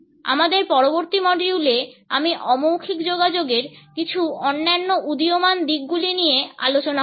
আমাদের পরবর্তী মডিউলে আমি অ মৌখিক যোগাযোগের কিছু অন্যান্য উদীয়মান দিকগুলি নিয়ে আলোচনা করবো